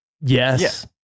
yes